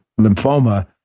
lymphoma